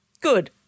Good